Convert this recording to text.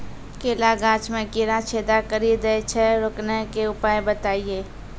केला गाछ मे कीड़ा छेदा कड़ी दे छ रोकने के उपाय बताइए?